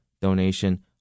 donation